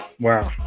Wow